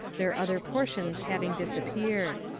their other portions having disappeared.